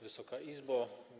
Wysoka Izbo!